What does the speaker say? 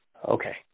Okay